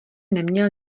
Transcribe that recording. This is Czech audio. neměl